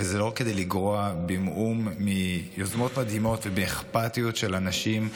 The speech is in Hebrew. ואין בזה כדי לגרוע במאומה מיוזמות מדהימות ומאכפתיות של אנשים,